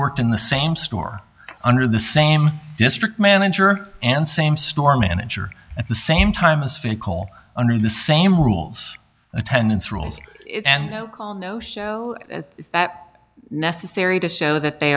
worked in the same store under the same district manager and same store manager at the same time as phone call under the same rules attendance rules and no call no show necessary to show that they